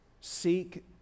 Seek